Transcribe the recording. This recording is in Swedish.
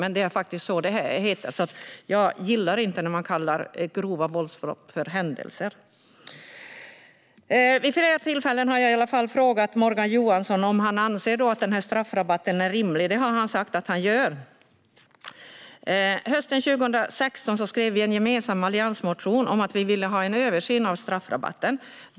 Men det heter faktiskt det. Jag gillar inte när man kallar grova våldsbrott för händelser. Vid flera tillfällen har jag frågat Morgan Johansson om han anser att straffrabatten är rimlig. Han har sagt att han gör det. Hösten 2016 skrev vi en gemensam alliansmotion om att vi ville ha en översyn av straffrabatten.